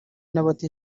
n’abata